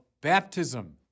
baptism